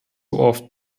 oft